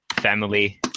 family